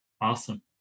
Awesome